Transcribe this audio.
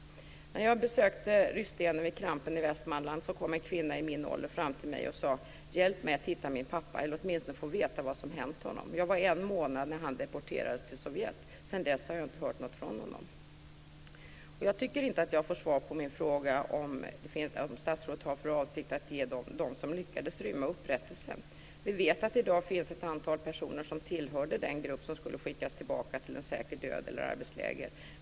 När jag besökte rysstenen vid Krampen i Västmanland kom en kvinna i min ålder fram till mig och sade: "Hjälp mig att hitta min pappa. Eller åtminstone få veta vad som hänt honom. Jag var en månad när han deporterades till Sovjet. Sedan dess har jag inte hört något från honom." Jag tycker inte att jag har fått svar på min fråga om statsrådet har för avsikt att ge dem upprättelse som lyckades rymma. Vi vet ju att det i dag finns ett antal personer som tillhörde den grupp som skulle skickas tillbaka till en säker död eller arbetsläger.